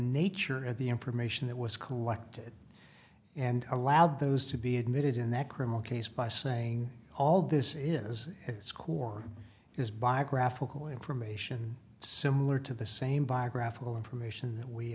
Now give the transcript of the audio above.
nature of the information that was collected and allowed those to be admitted in that criminal case by saying all this is score is biographical information similar to the same biographical information we